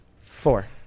Four